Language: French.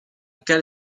cale